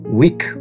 week